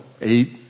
eight